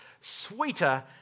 sweeter